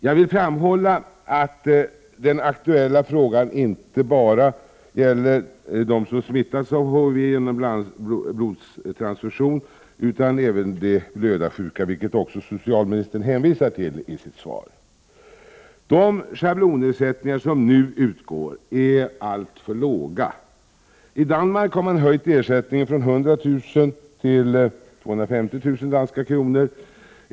Jag vill framhålla att den aktuella frågan inte bara gäller dem som smittats av HIV genom blodtransfusion utan även de blödarsjuka, vilket också socialministern hänvisar till i sitt svar. De schablonersättningar som nu utgår är alltför låga. I Danmark har man höjt ersättningen från 100 000 till 250 000 danska kronor.